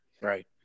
Right